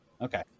Okay